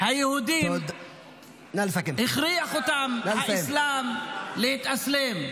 היהודים הכריח אותם האסלם להתאסלם?